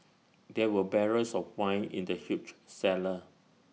there were barrels of wine in the huge cellar